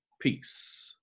peace